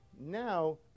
Now